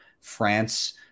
France